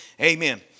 Amen